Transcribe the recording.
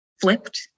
flipped